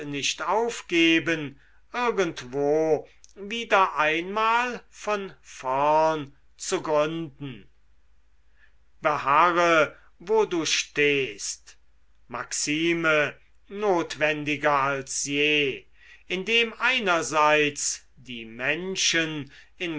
nicht aufgeben irgendwo wieder einmal von vorn zu gründen beharre wo du stehst maxime notwendiger als je indem einerseits die menschen in